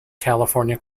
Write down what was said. california